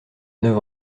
neuf